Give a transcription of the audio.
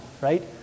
right